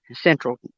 Central